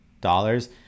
dollars